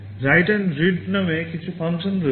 right and read নামে কিছু function রয়েছে